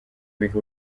biha